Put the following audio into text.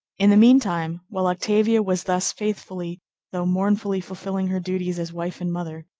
in the mean time, while octavia was thus faithfully though mournfully fulfilling her duties as wife and mother,